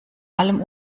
allem